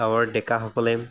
গাঁৱৰ ডেকাসকলে